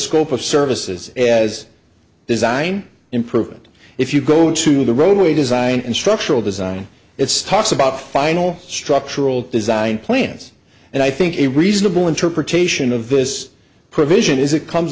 scope of services as design improvement if you go into the roadway design and structural design it's talks about final structural design plans and i think a reasonable interpretation of this provision is it comes